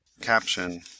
CAPTION